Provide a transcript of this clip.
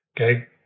okay